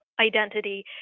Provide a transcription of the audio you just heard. identity